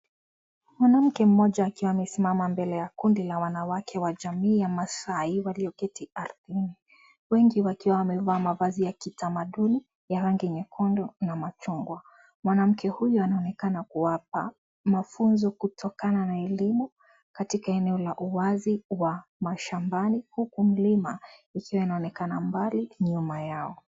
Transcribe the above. Mwanamke mmoja akiwa amesimama mbele ya kundi la wanawake wa jamii ya Masaai walioketi ardhini. Wengi wakiwa wamevaa mavazi ya kitamaduni ya rangi nyekundu na machungwa. Mwanamke huyu anaonekana kuwapa mafunzo kutokana na elimu katika eneo la uwazi wa mashambani. Huko mlima ikiwa inaonekana mbali nyuma yao.